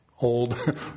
Old